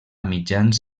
mitjans